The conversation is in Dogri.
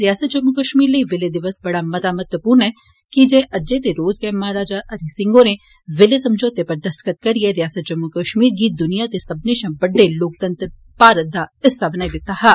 रिआसत जम्मू कश्मीर लेई विलय दिवस बड़ा मता महत्वपूर्ण ऐ कीजे अज्जै दे रोज गै महाराजा हरि सिंह होरें विलय समझौते पर दस्तख्त करियै रिआसत जम्मू कश्मीर गी दुनिया दे सव्मने शा बड्डे लोकतंत्र भारत दा हिस्सा बनाई दित्ता हा